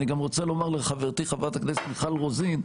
אני גם רוצה לומר לחברתי חברת הכנסת מיכל רוזין,